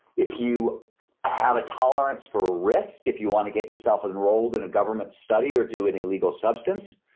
if you have a tolerance for risk, if you want to get yourself enrolled in a government study or do an illegal substance,